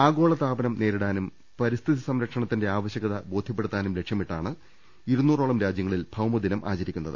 ആഗോളതാപനം നേരിടാനും പരിസ്ഥിതി സംര ക്ഷണത്തിന്റെ ആവശ്യകത ബോധ്യപ്പെടുത്താനും ലക്ഷ്യമിട്ടാണ് ഇരുനൂ റോളം രാജ്യങ്ങളിൽ ഭൌമദിനം ആചരിക്കുന്നത്